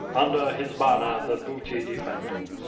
under his banner the booty defending,